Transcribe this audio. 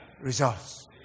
results